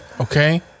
Okay